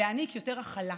להעניק יותר הכלה,